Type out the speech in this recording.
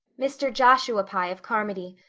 mr. joshua pye of carmody.